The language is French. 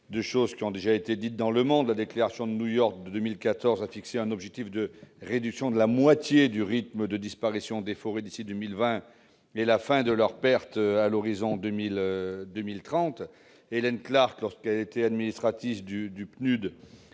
le monde sur cette question. Ainsi, la déclaration de New York de 2014 a fixé un objectif de réduction de la moitié du rythme de disparition des forêts d'ici à 2020, mais de fin de leur perte à l'horizon 2030. Hélène Clark, lorsqu'elle a été administratrice du